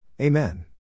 Amen